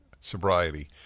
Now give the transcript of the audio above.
sobriety